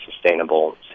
sustainable